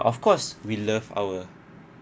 of course we love our